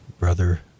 brother